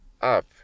Up